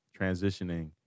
transitioning